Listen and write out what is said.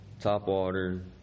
topwater